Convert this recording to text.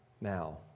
now